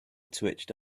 twitched